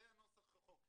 זה נוסח החוק.